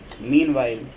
Meanwhile